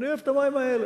אני אוהב את המים האלה.